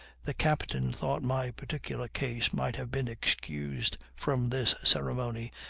the captain thought my particular case might have been excused from this ceremony,